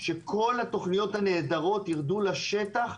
שכל התכניות הנהדרות יירדו לשטח,